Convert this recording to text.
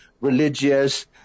religious